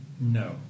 No